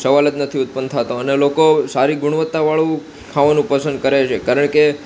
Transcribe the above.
સવાલ જ નથી ઉત્પન્ન થતો અને લોકો સારી ગુણવત્તા વાળુ ખાવાનું પસંદ કરે છે કારણ કે